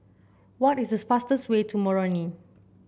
what is the fastest way to Moroni